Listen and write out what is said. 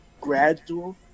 gradual